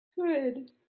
Good